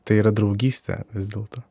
tai yra draugystė vis dėlto